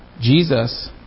Jesus